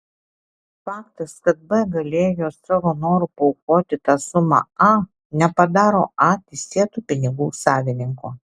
faktas kad b galėjo savo noru paaukoti tą sumą a nepadaro a teisėtu pinigų savininku